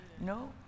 No